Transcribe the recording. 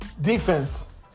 Defense